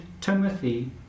Timothy